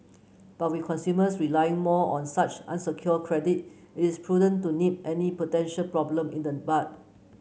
but with consumers relying more on such unsecured credit it is prudent to nip any potential problem in the bud